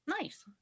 Nice